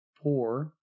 poor